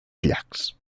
llacs